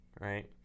right